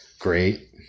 great